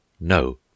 No